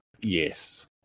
Yes